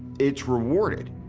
it's rewarded.